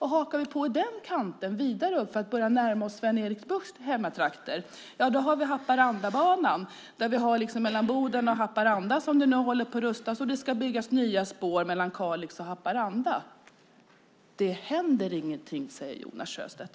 Hakar vi på vidare upp börjar vi närma oss Sven-Erik Buchts hemtrakter med Haparandabanan, och mellan Boden och Haparanda har vi det som nu rustas upp. Det ska även byggas nya spår mellan Kalix och Haparanda. Men det händer ingenting, säger Jonas Sjöstedt.